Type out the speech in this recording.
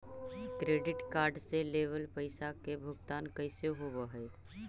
Credit card से लेवल पैसा के भुगतान कैसे होव हइ?